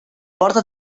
porta